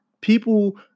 People